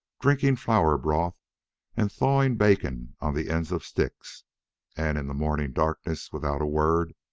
drinking flour broth and thawing bacon on the ends of sticks and in the morning darkness, without a word,